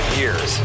years